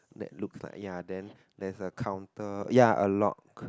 that looks like ya then there's a counter ya a lock